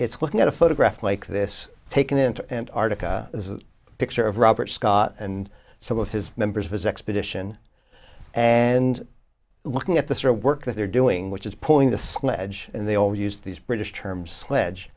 it's looking at a photograph like this taken into and arctic a picture of robert scott and some of his members of his expedition and looking at the store work that they're doing which is pulling the sledge and they all used these british term sledge